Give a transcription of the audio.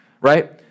right